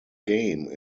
game